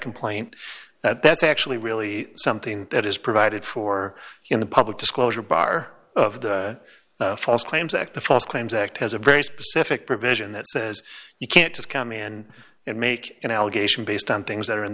complaint that that's actually really something that is provided for in the public disclosure bar of the false claims act the false claims act has a very specific provision that says you can't just come in and make an allegation based on things that are in